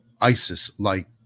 isis-like